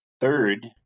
third